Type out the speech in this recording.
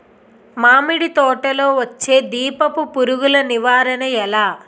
మామిడి తోటలో వచ్చే దీపపు పురుగుల నివారణ ఎలా?